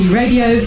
radio